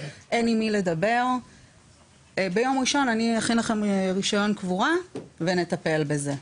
אין עם מי לדבר וביום ראשון הוא יכין לנו רישיון קבורה ונטפל בזה.